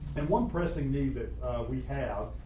and one pressing need that we have.